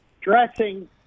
dressing